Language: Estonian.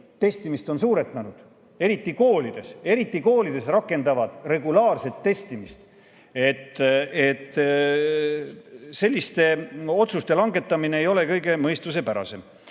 testimist suurendanud, eriti koolides. Eriti koolides rakendatakse regulaarset testimist. Selliste otsuste langetamine ei ole kõige mõistuspärasem.